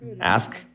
ask